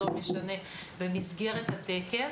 במסגרת התקן.